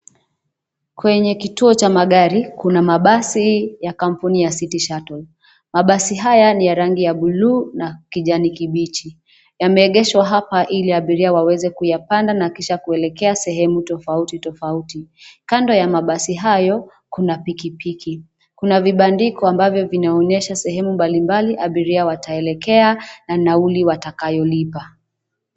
Kwenye kituo cha magari, kuna mabasi ya kampuni ya City Shuttle. Mabasi haya ni ya rangi ya buluu na kijani kibichi. Yameegeshwa hapa ili abiria waweze kuyapanda na kisha kuelekea sehemu tofauti tofauti. Kando ya mabasi hayo kuna pikipiki. Kuna vibandiko ambavyo vinaonyesha sehemu mbalimbali abiria wataelekea na nauli watakayolipa.